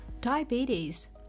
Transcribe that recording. diabetes